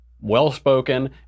well-spoken